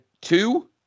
two